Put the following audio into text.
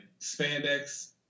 spandex